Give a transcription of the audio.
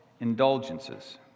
indulgences